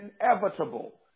inevitable